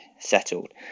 settled